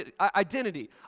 identity